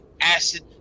acid